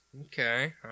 Okay